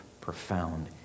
profound